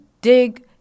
dig